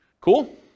Cool